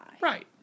Right